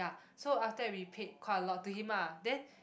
so after that we paid quite a lot to him ah then